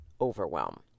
overwhelm